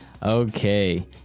Okay